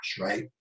right